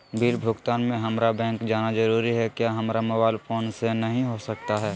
Bill भुगतान में हम्मारा बैंक जाना जरूर है क्या हमारा मोबाइल फोन से नहीं हो सकता है?